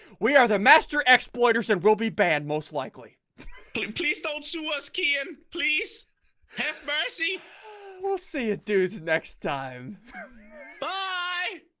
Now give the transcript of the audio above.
we are the master exploits and will be banned most likely please don't sue us key in please have my seat. we'll see you dudes next time bye